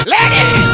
Ladies